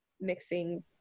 mixing